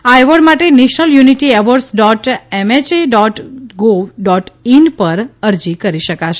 આ એવોર્ડ માટે national unity awards dot MHA dot gov dot in પર અરજી કરી શકાશે